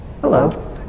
Hello